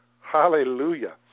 Hallelujah